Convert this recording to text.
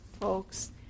folks